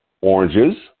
oranges